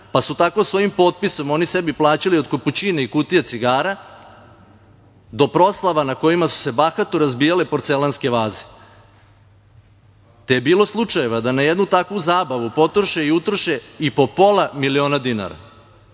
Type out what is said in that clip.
pa su tako svojim potpisom oni sebi plaćali od kapućina i kutije cigara do proslava na kojima su se bahato razbijale porcelanske vaze, te je bilo slučajeva da na jednu takvu zabavu potroše i utroše i po pola miliona dinara. Tako